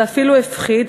ואפילו הפחיד,